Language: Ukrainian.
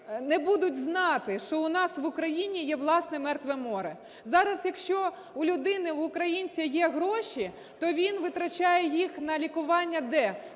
не будуть знати, що у нас в Україні є власне "мертве море". Зараз, якщо у людини, в українця є гроші, то він витрачає їх на лікування де?